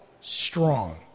strong